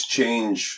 change